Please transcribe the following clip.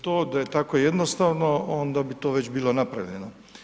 To da je tako jednostavno onda bi to već bilo napravljeno.